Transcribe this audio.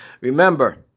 Remember